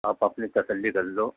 آپ اپنی تسلی کر لو